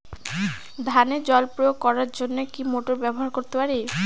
ধানে জল প্রয়োগ করার জন্য কি মোটর ব্যবহার করতে পারি?